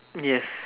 yes